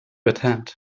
attend